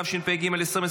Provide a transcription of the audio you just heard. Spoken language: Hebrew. התשפ"ג 2023,